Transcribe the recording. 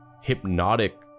hypnotic